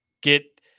get